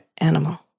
animal